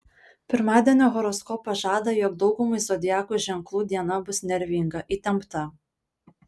pirmadienio horoskopas žada jog daugumai zodiakų ženklų diena bus nervinga įtempta